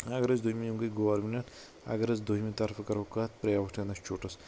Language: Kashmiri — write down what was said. اگر أسۍ دۄیمہِ یِم گٔیے گوٚرنمینٹ اگر أسۍ دۄیمہِ طرفہٕ کرو کتھ پریویٹ انسچوٗٹٕس